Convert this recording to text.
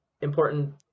important